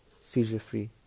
seizure-free